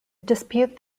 dispute